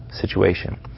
situation